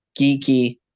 Geeky